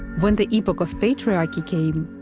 when the epoch of patriarchy came,